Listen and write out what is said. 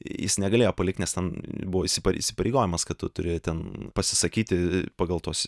jis negalėjo palikti nes ten buvo įsipareigojimas kad tu turi ten pasisakyti pagal tuos